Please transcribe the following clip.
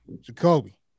Jacoby